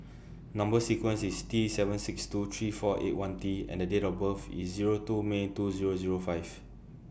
Number sequence IS T seven six two three four eight one T and The Date of birth IS Zero two May two Zero Zero five